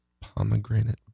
Pomegranate